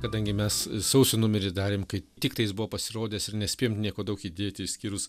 kadangi mes sausio numerį darėm kai tiktai jis buvo pasirodęs ir nespėjom nieko daug įdėti išskyrus